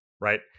right